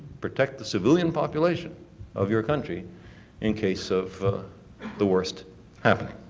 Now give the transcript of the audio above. protect the civilian population of your country in case of the worst happening.